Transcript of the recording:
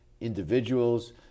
individuals